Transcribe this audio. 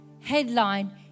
headline